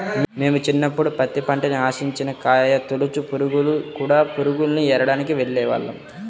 మేము చిన్నప్పుడు పత్తి పంటని ఆశించిన కాయతొలచు పురుగులు, కూడ పురుగుల్ని ఏరడానికి వెళ్ళేవాళ్ళం